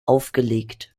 aufgelegt